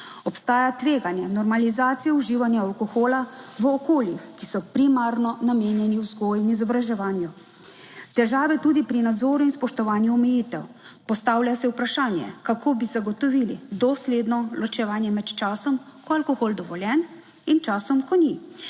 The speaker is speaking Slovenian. Obstaja tveganje normalizacije uživanja alkohola v okoljih, ki so primarno namenjeni vzgoji in izobraževanju. Težave tudi pri nadzoru in spoštovanju omejitev. Postavlja se vprašanje, kako bi zagotovili dosledno ločevanje med časom, ko je alkohol dovoljen, in časom, ko ni.